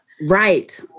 Right